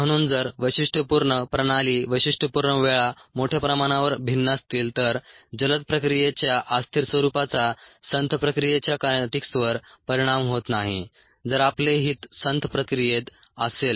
म्हणून जर वैशिष्ट्यपूर्ण प्रणाली वैशिष्ट्यपूर्ण वेळा मोठ्या प्रमाणावर भिन्न असतील तर जलद प्रक्रियेच्या अस्थिर स्वरूपाचा संथ प्रक्रियेच्या कायनेटीक्सवर परिणाम होत नाही जर आपले हित संथ प्रक्रियेत असेल